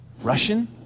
Russian